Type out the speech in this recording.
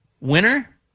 Winner